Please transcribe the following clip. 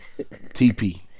TP